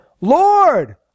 Lord